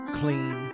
clean